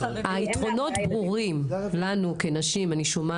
היתרונות ברורים לנו הנשים.